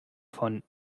von